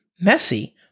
Messy